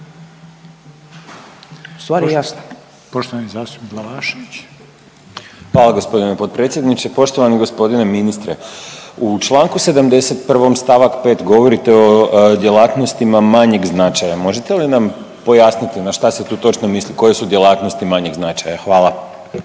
Bojan (Nezavisni)** Hvala gospodine potpredsjedniče. Poštovani gospodine ministre, u Članku 71. stavak 5. govorite o djelatnosti manjeg značaja. Možete li nam pojasniti na što se tu točno misli koje su djelatnosti manjeg značaja. Hvala.